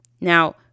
Now